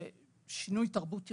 של שינוי תרבות ארגונית,